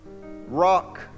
rock